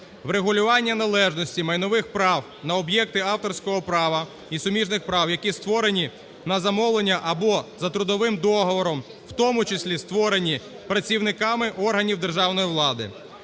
врегулювання належності майнових прав на об'єкти авторського права і суміжних прав, які створені на замовлення або за трудовим договором, в тому числі створені працівниками органів державної влади;